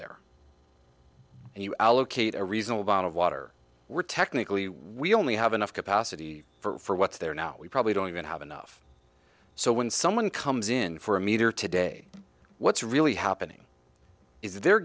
there and you allocate a reasonable out of water we're technically we only have enough capacity for what's there now we probably don't even have enough so when someone comes in for a meter today what's really happening is they're